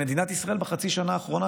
ובחצי השנה האחרונה,